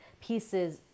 pieces